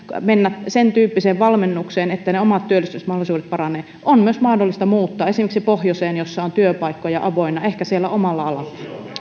mennä sentyyppiseen valmennukseen että ne omat työllistymismahdollisuudet paranevat on myös mahdollista muuttaa esimerkiksi pohjoiseen jossa on työpaikkoja avoinna ehkä siellä omalla